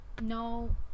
No